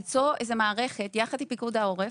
הפתרון הוא למצוא איזו מערכת, יחד עם פיקוד העורף.